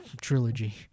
trilogy